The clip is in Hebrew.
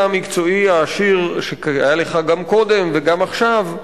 המקצועי העשיר שהיה לך גם קודם וגם עכשיו,